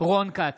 רון כץ,